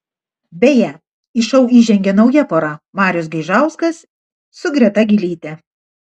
beje į šou įžengė nauja pora marius gaižauskas su greta gylyte